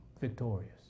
victorious